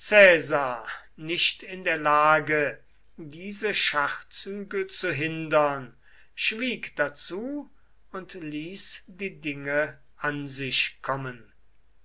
nicht in der lage diese schachzüge zu hindern schwieg dazu und ließ die dinge an sich kommen